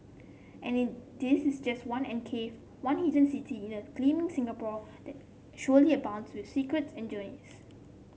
and this is just one enclave one hidden city in a gleaming Singapore that surely abounds with secrets and journeys